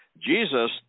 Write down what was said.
Jesus